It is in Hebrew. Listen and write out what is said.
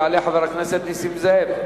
יעלה חבר הכנסת נסים זאב,